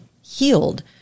healed